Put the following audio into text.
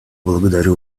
благодарю